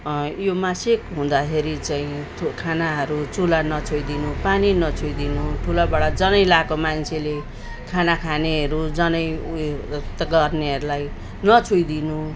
यो मासिक हुँदाखेरि चाहिँ त्यो खानाहरू चुला नछोइदिनु पानी नछोइदिनु ठुलाबडा जनै लगाएको मान्छेले खाना खानेहरू जनै उयो गर्नेहरूलाई नछोइदिनु